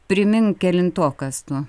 primink kelintokas tu